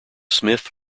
smith